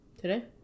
Today